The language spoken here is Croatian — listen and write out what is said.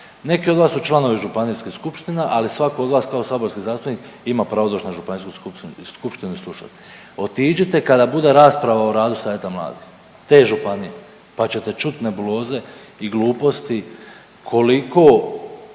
Neki od vas su članovi županijskih skupština, ali svatko od vas kao saborski zastupnik ima pravo doći na županijsku skupštinu i slušati. Otiđite kada bude rasprava o radu savjeta mladih te županije pa ćete čut nebuloze i gluposti koliko